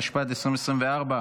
התשפ"ד 2024,